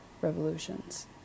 revolutions